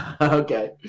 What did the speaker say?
Okay